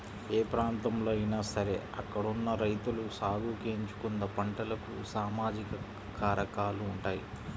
ఏ ప్రాంతంలో అయినా సరే అక్కడున్న రైతులు సాగుకి ఎంచుకున్న పంటలకు సామాజిక కారకాలు ఉంటాయి